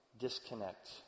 disconnect